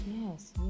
yes